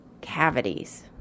cavities